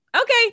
okay